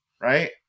Right